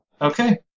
Okay